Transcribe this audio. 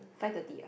five thirty ah